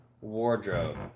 wardrobe